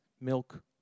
milk